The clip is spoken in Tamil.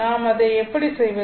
நான் அதை எப்படி செய்வது